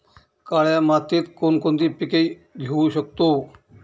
काळ्या मातीत कोणकोणती पिके घेऊ शकतो?